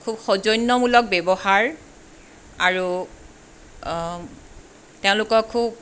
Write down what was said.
খুব সৌজন্যমূলক ব্যৱহাৰ আৰু তেওঁলোকক খুব